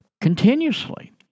continuously